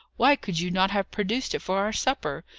why could you not have produced it for our supper?